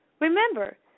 Remember